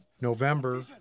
November